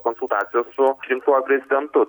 konsultacijos su rinktuoju prezidentu